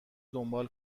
دنبال